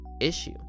issue